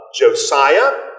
Josiah